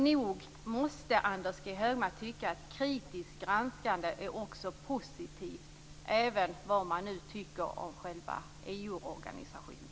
Nog måste Anders G Högmark tycka att kritiskt granskande också är positivt, vad man än tycker om själva EU-organisationen.